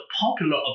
popular